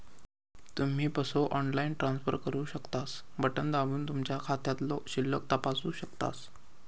तुम्ही पसो online transfer करू शकतास, बटण दाबून तुमचो खात्यातलो शिल्लक तपासू शकतास